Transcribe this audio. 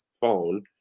phone